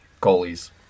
Goalies